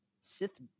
Sith